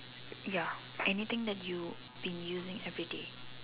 ya anything that you've been using every day